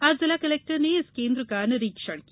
आज जिला कलेक्टर ने इस केन्द्र का निरीक्षण किया